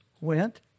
went